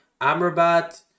Amrabat